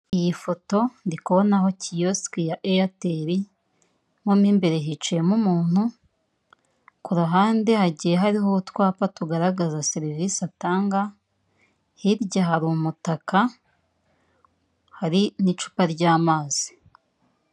Iyi foto ndi kubonaho kiyosike ya eyateli, mo mo imbere hicayemo umuntu, ku ruhande hagiye hariho utwapa tugaragaza serivise atanga, hirya hari umutaka, hari n'icupa ry'amazi.